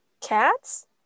cats